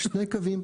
שני קווים,